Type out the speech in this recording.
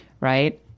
right